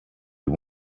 you